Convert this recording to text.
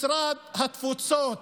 משרד התפוצות.